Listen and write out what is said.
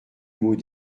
mot